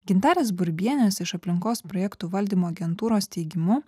gintarės burbienės iš aplinkos projektų valdymo agentūros teigimu